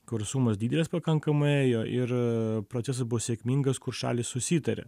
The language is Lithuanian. kur sumos didelės pakankamai ėjo ir procesas buvo sėkmingas kur šalys susitarė